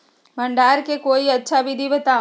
भंडारण के कोई अच्छा विधि बताउ?